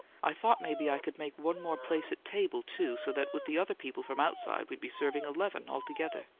i thought maybe i could make one more place at table, too, so that with the other people from outside we'd be serving eleven altogether.